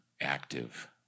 active